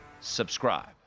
subscribe